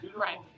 Right